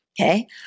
Okay